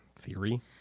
theory